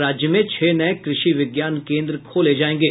और राज्य में छह नये कृषि विज्ञान केन्द्र खोले जायेंगे